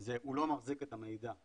זה שהוא לא מחזיק את המידע.